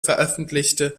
veröffentlichte